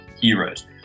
heroes